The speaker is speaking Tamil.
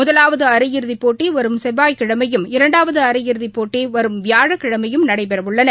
முதலாவதுஅரையிறுதிப் போட்டிவரும் செவ்வாய்கிழமையும் இரண்டாவதுஅரையிறுதிப் போட்டிவரும் வியாழக்கிழமைநடைபெறவுள்ளன